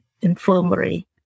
infirmary